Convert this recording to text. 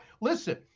listen